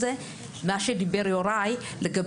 לגבי האלימות שדיבר עליה יוראי,